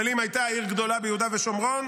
אבל אם הייתה עיר גדולה ביהודה ושומרון,